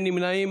אין נמנעים,